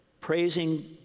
praising